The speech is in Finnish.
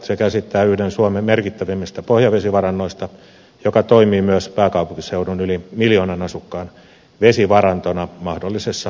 se käsittää yhden suomen merkittävimmistä pohjavesivarannoista joka toimii myös pääkaupunkiseudun yli miljoonan asukkaan vesivarantona mahdollisessa poikkeustilanteessa